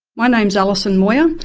my name's alison moir,